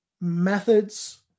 methods